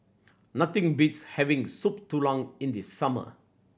nothing beats having Soup Tulang in the summer